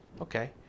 okay